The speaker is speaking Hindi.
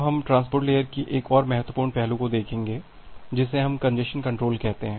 अब हम ट्रांसपोर्ट लेयर की एक और महत्वपूर्ण पहलू को देखेंगे जिसे हम कंजेस्शन कंट्रोल कहते हैं